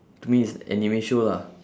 to me is anime show lah